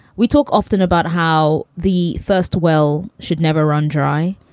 we talk often about how the first well should never run dry,